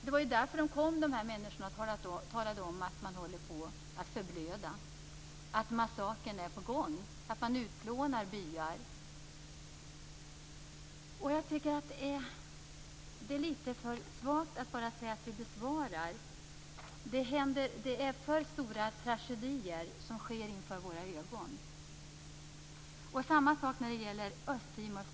Det är därför dessa människor har talat om att de håller på att förblöda. Massakern är på gång. Byar utplånas. Det är litet för svagt att säga att frågorna är besvarade. Det är för stora tragedier som sker inför våra ögon. Samma sak gäller för Östtimor.